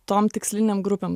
tom tikslinėm grupėm